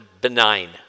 benign